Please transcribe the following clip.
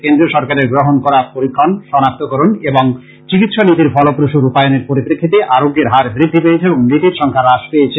কেন্দ্রীয় সরকারের গ্রহণ করা পরীক্ষণ শনাক্তকরণ এবং চিকিৎসা নীতির ফলপ্রসু রূপায়নের পরিপ্রেক্ষিতে আরোগ্যের হার বৃদ্ধি পেয়েছে এবং মৃতের সংখ্যা হ্রাস পেয়েছে